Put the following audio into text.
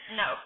no